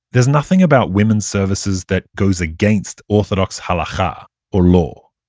there's nothing about women's services that goes against orthodox halacha or law.